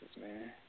man